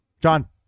John